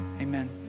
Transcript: Amen